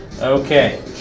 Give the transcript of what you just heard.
Okay